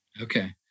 Okay